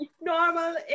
normal